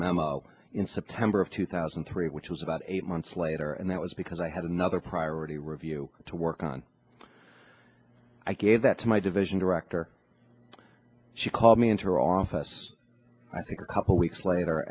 memo in september of two thousand and three which was about eight months later and that was because i had another priority review to work on i gave that to my division director she called me into her office i think a couple weeks later